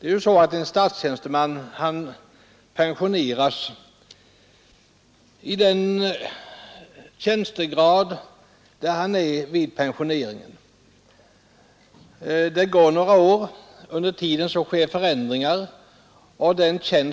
är orättvist. En statstjänsteman pensioneras i den lönegrad där han är placerad vid pensioneringen. Under de år som följer närmast efter hans pensionering sker emellertid en del förändringar.